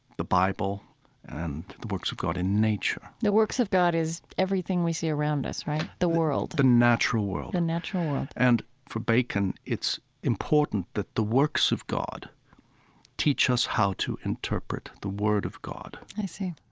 the bible and the works of god in nature the works of god is everything we see around us, right? the world the natural world the and natural world and for bacon, it's important that the works of god teach us how to interpret the word of god i see.